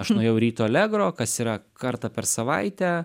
aš nuėjau į ryto allegro kas yra kartą per savaitę